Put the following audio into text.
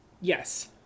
Yes